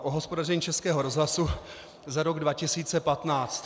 O hospodaření Českého rozhlasu za rok 2015.